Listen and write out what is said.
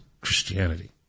Christianity